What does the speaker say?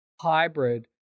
hybrid